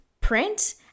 print